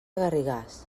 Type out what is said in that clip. garrigàs